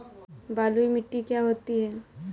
बलुइ मिट्टी क्या होती हैं?